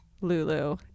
Lulu